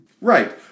Right